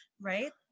right